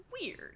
weird